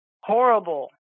horrible